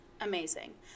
Amazing